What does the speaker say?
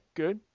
good